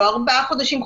לא ארבעה חודשים,